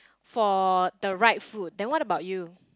for the right foot then what about you